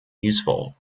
useful